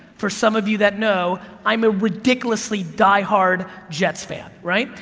for some of you that know, i'm a ridiculously die-hard jets fan, right?